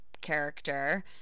character